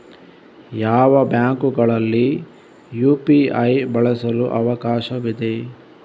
ಯಾವ ಬ್ಯಾಂಕುಗಳಲ್ಲಿ ಯು.ಪಿ.ಐ ಬಳಸಲು ಅವಕಾಶವಿದೆ?